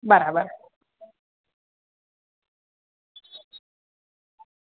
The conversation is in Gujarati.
બરાબર